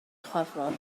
chwefror